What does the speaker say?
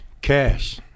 cash